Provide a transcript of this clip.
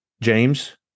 James